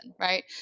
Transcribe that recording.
right